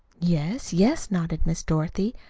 yes, yes, nodded miss dorothy.